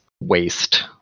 waste